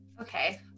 Okay